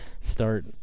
start